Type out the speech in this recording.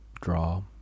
draw